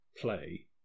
play